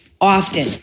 often